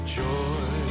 joy